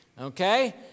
okay